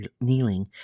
kneeling